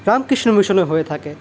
রামকৃষ্ণ মিশনে হয়ে থাকে